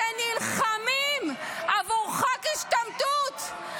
שנלחמים עבור חוק השתמטות,